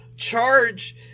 charge